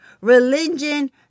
Religion